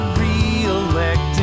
reelected